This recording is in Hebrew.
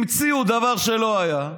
המציאו דבר שלא היה.